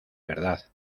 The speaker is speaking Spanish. verdad